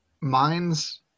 mines